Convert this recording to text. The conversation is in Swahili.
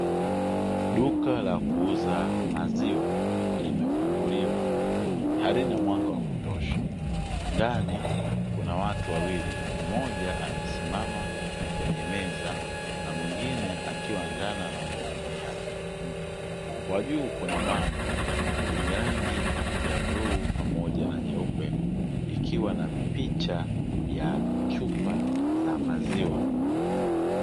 Duka la kuuza maziwa limefunguliwa, halina mwanga wa kutosha, ndani kuna watu wawili; mmoja amesimama kwenye meza na mwingine akiwa ndani anamudumia mtu, kwa juu kuna bango lenye rangi ya bluu pamoja na nyeupe, ikiwa na picha ya chupa za maziwa.